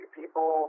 people